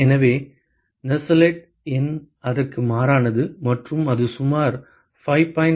எனவே நசெல்ட் எண் அதற்கு மாறானது மற்றும் அது சுமார் 5